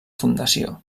fundació